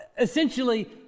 Essentially